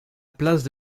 place